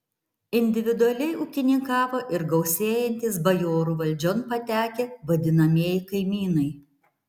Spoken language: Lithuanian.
individualiai ūkininkavo ir gausėjantys bajorų valdžion patekę vadinamieji kaimynai